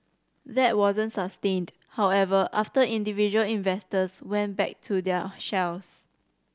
that wasn't sustained however after individual investors went back to their shells